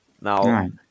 Now